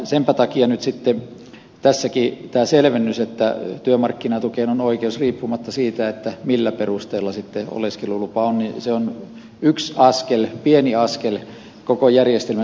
senpä takia nyt sitten tässäkin tämä selvennys että työmarkkinatukeen on oikeus riippumatta siitä millä perusteella oleskeluluvan on saanut on yksi askel pieni askel koko järjestelmän selkeyttämisen kannalta